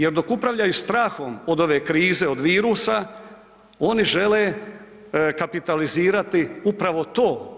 Jer dok upravljaju strahom od ove krize, od virusa oni žele kapitalizirati upravo to.